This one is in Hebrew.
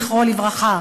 זכרו לברכה,